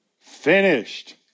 finished